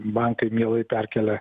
bankai mielai perkelia